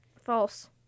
False